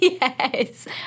yes